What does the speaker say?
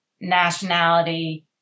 nationality